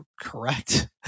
correct